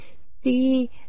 see